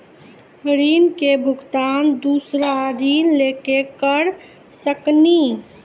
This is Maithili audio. ऋण के भुगतान दूसरा ऋण लेके करऽ सकनी?